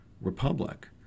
republic